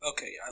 Okay